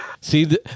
See